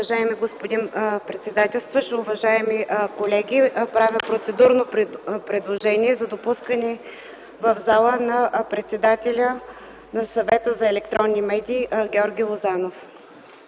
Уважаеми господин председателстващ, уважаеми колеги! Правя процедурно предложение за допускане в зала на председателя на Съвета за електронни медии Георги Лозанов.